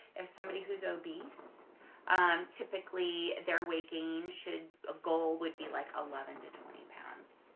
if somebody who's obese um typically their weight gain should ah goal would be like eleven to twenty pounds.